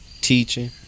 teaching